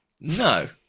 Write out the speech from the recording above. No